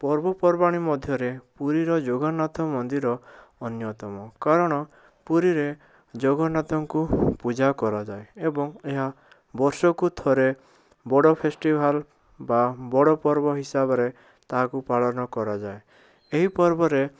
ପର୍ବପର୍ବାଣି ମଧ୍ୟରେ ପୁରୀର ଜଗନ୍ନାଥ ମନ୍ଦିର ଅନ୍ୟତମ କାରଣ ପୁରୀରେ ଜଗନ୍ନାଥଙ୍କୁ ପୂଜା କରାଯାଏ ଏବଂ ଏହା ବର୍ଷକୁ ଥରେ ବଡ଼ ଫେଷ୍ଟିଭାଲ୍ ବା ବଡ଼ ପର୍ବ ହିସାବରେ ତାହାକୁ ପାଳନ କରାଯାଏ ଏହି ପର୍ବରେ